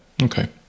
Okay